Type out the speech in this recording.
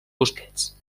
busquets